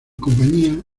compañía